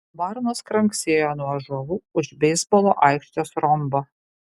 varnos kranksėjo nuo ąžuolų už beisbolo aikštės rombo